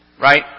Right